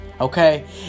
okay